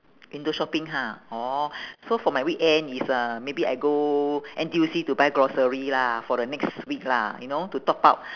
window shopping ha orh so for my weekend is uh maybe I go N_T_U_C to buy grocery lah for the next week lah you know to top up